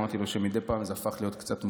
אמרתי לו שמדי פעם זה הפך להיות קצת מוגזם.